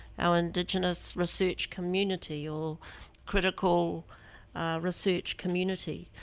our indigenous research community, or critical research community,